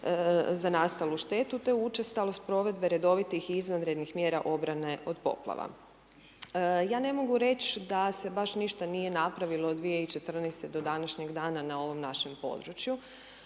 za nastalu štetu te učestalost provedbe redovitih i izvanrednih mjera obrane od poplava. Ja ne mogu reć da se baš ništa nije napravilo od 2014. do današnjeg dana na ovom Ipak